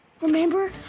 Remember